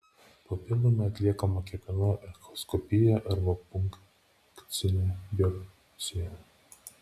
papildomai atliekama kepenų echoskopija arba punkcinė biopsija